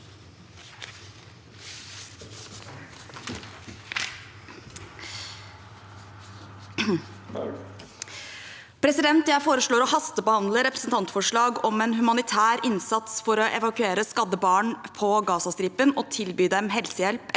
Jeg fore- slår å hastebehandle representantforslaget om en humanitær innsats for å evakuere skadde barn på Gazastripen og tilby dem helsehjelp,